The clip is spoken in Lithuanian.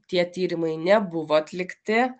tie tyrimai nebuvo atlikti